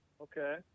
okay